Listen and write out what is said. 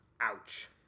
Ouch